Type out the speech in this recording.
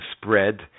spread